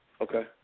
Okay